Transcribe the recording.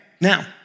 Now